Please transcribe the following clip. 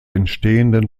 entstehenden